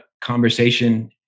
conversation